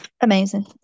amazing